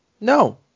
No